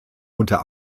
unter